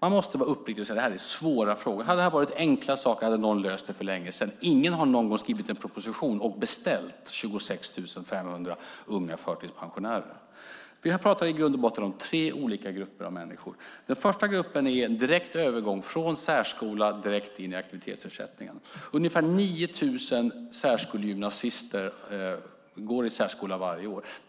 Man måste vara uppriktig och säga: Det här är svåra frågor. Hade det här varit enkla saker hade någon löst det för länge sedan. Ingen har någon gång skrivit en proposition och beställt 26 500 unga förtidspensionärer. Vi pratar i grund och botten om tre grupper av människor. Den första gruppen handlar om en direkt övergång från särskola till aktivitetsersättningen. Ungefär 9 000 särskolegymnasister går i särskola varje år.